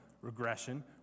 Regression